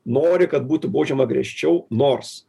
nori kad būtų baudžiama griežčiau nors